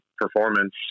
performance